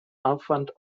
aufwand